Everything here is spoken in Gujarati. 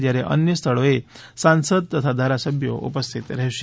જ્યારે અન્ય સ્થળોએ સાંસદ તથા ધારાસભ્યો ઉપસ્થિત રહેશે